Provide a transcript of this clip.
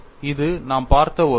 இது நாம் பார்த்த ஒரு வழக்கு